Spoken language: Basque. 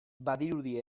badirudi